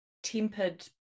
Tempered